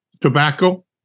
tobacco